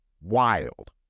wild